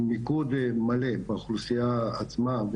עם מיקוד מלא באוכלוסייה עצמה,